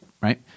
right